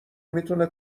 میتونه